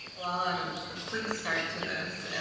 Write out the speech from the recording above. well, i'll add a ah quick start to this,